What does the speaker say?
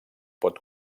pot